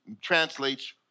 translates